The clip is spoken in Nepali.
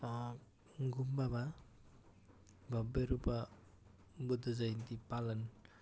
गुम्बामा भव्य रूपमा बुद्ध जयन्ती पालन